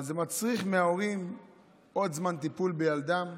אבל זה מצריך מההורים עוד זמן טיפול בילדם,